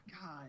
God